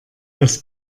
das